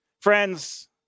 Friends